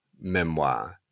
memoir